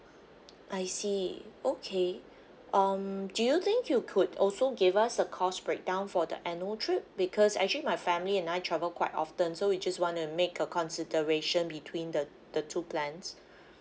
I see okay um do you think you could also gave us a cost breakdown for the annual trip because actually my family and I travel quite often so we just want to make a consideration between the two the two plans